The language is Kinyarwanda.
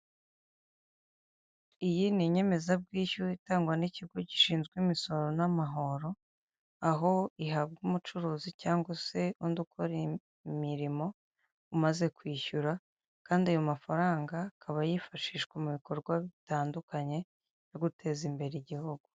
Iyi ni inyemezabwishyu itangwa n'ikigo gishinzwe imisoro n'amahoro, aho ihabwa umucuruzi cyangwa se undi ukora imirimo umaze kwishyura, kandi ayo mafaranga akaba yifashishwa mu bikorwa bitandukanye byo guteza imbere igihugu.